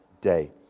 day